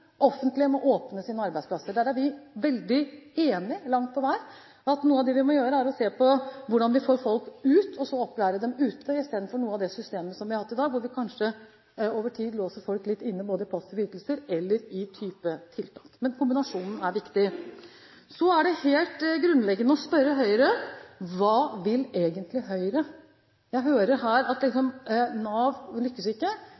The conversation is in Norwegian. offentlige må åpne sine arbeidsplasser. Der er vi veldig enige om – langt på vei – at noe av det vi må gjøre, er å se på hvordan vi får folk ut, og så lære dem opp ute, i stedet for å gjøre noe av det systemet gjør i dag, hvor vi kanskje over tid låser folk litt inne med passive ytelser eller i ulike typer tiltak, men kombinasjonen er viktig. Så er det helt grunnleggende å spørre Høyre: Hva vil egentlig Høyre? Jeg hører her at